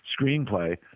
screenplay